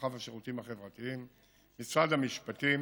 הרווחה והשירותים החברתיים, משרד המשפטים